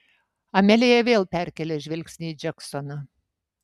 amelija vėl perkėlė žvilgsnį į džeksoną